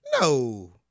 No